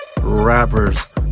rappers